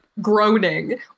groaning